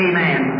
Amen